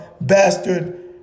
bastard